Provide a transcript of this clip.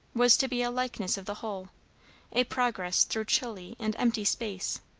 was to be a likeness of the whole a progress through chilly and empty space.